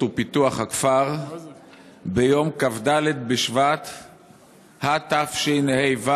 ופיתוח הכפר ביום כ"ד בשבט התשע"ו,